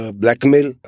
blackmail